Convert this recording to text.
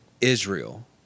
Israel